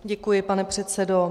Děkuji, pane předsedo.